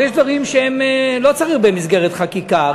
הרי יש דברים שלא צריכים להיות במסגרת חקיקה.